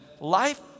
life